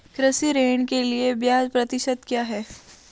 कृषि ऋण के लिए ब्याज प्रतिशत क्या है?